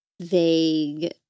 vague